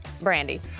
Brandy